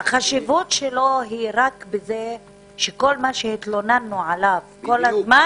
החשיבות שלו שהיא בזה שכל מה שהתלוננו עליו כל הזמן,